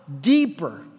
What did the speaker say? deeper